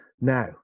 Now